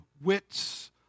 wits